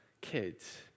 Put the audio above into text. kids